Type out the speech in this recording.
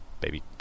Baby